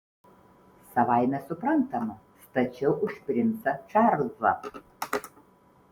savaime suprantama stačiau už princą čarlzą